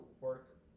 work